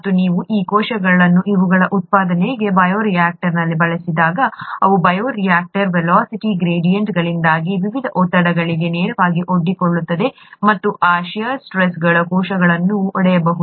ಮತ್ತು ನೀವು ಈ ಕೋಶಗಳನ್ನು ಇವುಗಳ ಉತ್ಪಾದನೆಗೆ ಬಯೋ ರಿಯಾಕ್ಟರ್ನಲ್ಲಿ ಬಳಸಿದಾಗ ಅವು ಬಯೋ ರಿಯಾಕ್ಟರ್ನಲ್ಲಿನ ವೆಲೋಸಿಟಿ ಗ್ರೆಡಿಯಂಟ್ಗಳಿಂದಾಗಿ ವಿವಿಧ ಒತ್ತಡಗಳಿಗೆ ನೇರವಾಗಿ ಒಡ್ಡಿಕೊಳ್ಳುತ್ತವೆ ಮತ್ತು ಆ ಷೇರ್ ಸ್ಟ್ರೆಸ್ಗಳು ಕೋಶಗಳನ್ನು ಒಡೆಯಬಹುದು